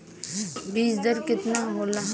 बीज दर केतना होला?